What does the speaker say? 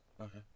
Okay